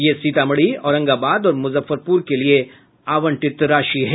ये सीतामढ़ी औरंगाबाद और मुजफ्फरपुर के लिये आवंटित की गयी है